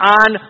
on